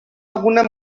alguna